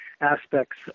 aspects